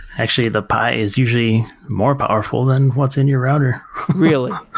actually the pi is usually more powerful than what's in your router really?